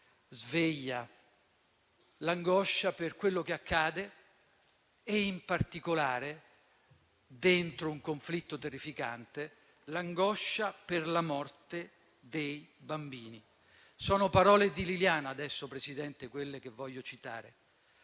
sveglia, l'angoscia per quello che accade e, in particolare, dentro un conflitto terrificante, l'angoscia per la morte dei bambini. Sono parole di Liliana, signora Presidente, quelle che voglio citare